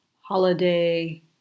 holiday